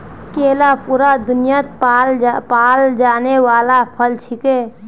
केला पूरा दुन्यात पाल जाने वाला फल छिके